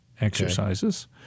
exercises